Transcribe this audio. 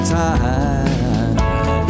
time